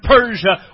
Persia